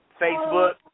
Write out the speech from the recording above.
Facebook